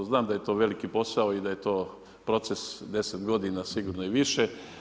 Znam da je to veliki posao i da je to proces 10 godina, sigurno i više.